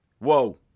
Whoa